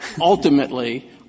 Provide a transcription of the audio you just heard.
ultimately